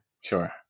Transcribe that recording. Sure